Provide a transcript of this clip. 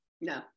No